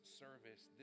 service